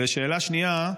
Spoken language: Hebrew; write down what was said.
ושאלה שנייה,